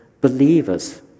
believers